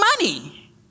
money